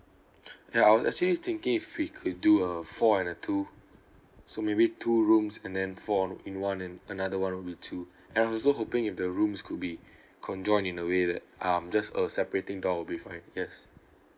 ya I was actually thinking if we could do a four and a two so maybe two rooms and then four in one and another one will be two and I also hoping if the rooms could be conjoined in a way that um just a separating door would be fine yes